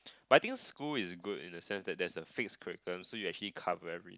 but I think school is good in a sense that there's a fixed curriculum so that you actually cover every